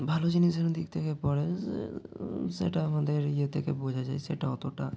ভালো জিনিসের দিক থেকে পড়ে সেই সেটা আমাদের ইয়ে থেকে বোঝা যায় সেটা অতটা